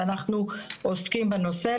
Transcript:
אנחנו עוסקים בנושא.